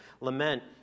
Lament